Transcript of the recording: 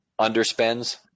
underspends